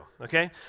okay